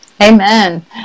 amen